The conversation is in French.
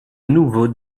nouveau